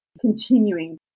continuing